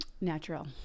natural